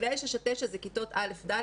גילאי 6 9 זה כיתות א' ד',